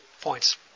points